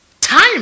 Time